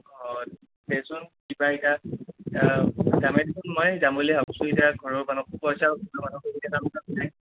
অঁ দেচোন সিবা এতিয়া যামে দেখোন মই যাম বুলি ভাব্ছোঁ ইতা ঘৰৰ মানুহক কৈ চাওঁ ঘৰৰ মানুহ